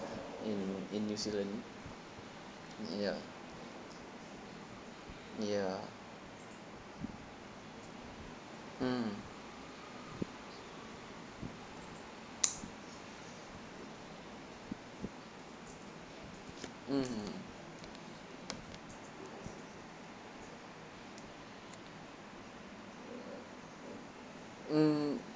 in in new zealand ya ya mm mmhmm mm